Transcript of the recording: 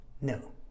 No